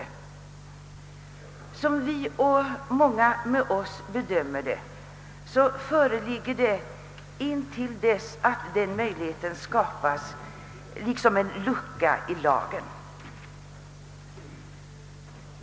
Såsom vi och många med oss bedömer det, föreligger en lucka i lagen intill dess sådan möjlighet skapas.